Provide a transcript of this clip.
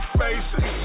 faces